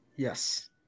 Yes